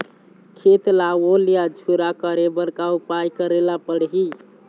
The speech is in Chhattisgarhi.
खेत ला ओल या झुरा करे बर का उपाय करेला पड़ही?